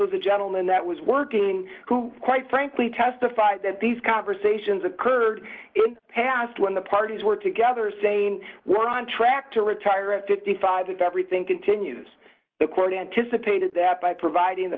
the gentleman that was working who quite frankly testified that these conversations occurred past when the parties were together saying we're on track to retire at fifty five dollars if everything continues the court anticipated that by providing the